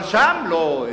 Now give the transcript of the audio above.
אבל שם, לא.